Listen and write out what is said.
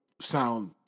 sound